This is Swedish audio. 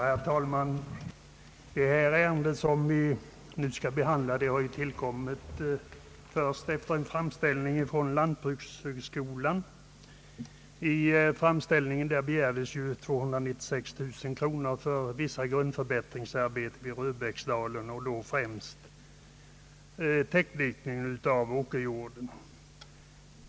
Herr talman! Det ärende som vi nu skall behandla har tillkommit först efter framställning från lantbrukshögskolan. I denna framställning begärdes 296 000 kronor för vissa grundförbättringsarbeten i Röbäcksdalen, främst täckdikning av åkerjorden.